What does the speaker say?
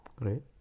right